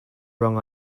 wrong